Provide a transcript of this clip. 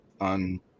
on